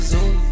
Zoom